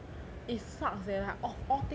it sucks eh like of all thing I need to